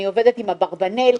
אני עובדת עם אברבנאל,